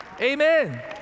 Amen